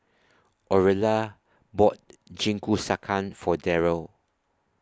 Aurilla bought Jingisukan For Darryl